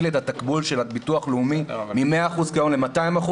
את התקבול של הביטוח הלאומי מ-100% כיום ל-200%.